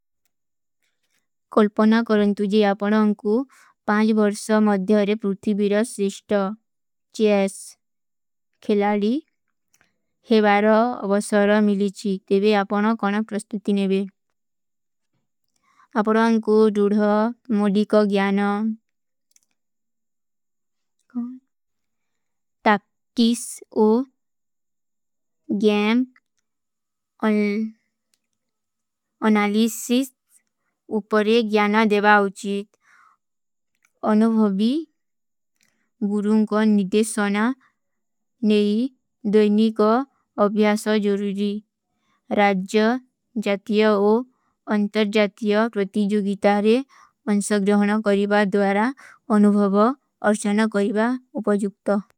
କୌଲପନା କରଣ ତୁଝେ ଆପନା ଅଂକୋ ପାଁଚ ବରସା ମଧ୍ଯାରେ ପୂର୍ଥୀ ଵିରସ ସିଷ୍ଟା ଚେସ ଖେଲାଲୀ ହେବାରା ଅବସାରା ମିଲୀଚୀ ଦେଵେ ଆପନା କାନା ପ୍ରସ୍ତୁତିନେଵେ। ଅପରାଂକୋ ଡୁଢଖ ମୋଡୀ କା ଜ୍ଯାନା କା ତାକ୍କିସ ଔର ଜ୍ଯାନ ଅନାଲୀସିସ ଉପରେ ଜ୍ଯାନା ଦେଵା ଅଉଚିତ। ଅନୁଭଵୀ ଗୁରୂଂ କା ନିତେଶନା ନେହୀ ଦୋଈନୀ କା ଅଭ୍ଯାସା ଜୋରୂରୀ ରାଜ୍ଜ ଜାତିଯ ଔର ଅଂତର ଜାତିଯ ପ୍ରତିଜୁ ଗିତାରେ ଅଂସଗ୍ରହନ କରେବା ଦ୍ଵାରା ଅନୁଭଵ ଅର୍ଶନ କରେବା ଉପଜୁକ୍ତ।